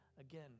again